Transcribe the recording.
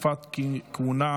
תקופות כהונה,